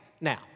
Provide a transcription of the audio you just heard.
Now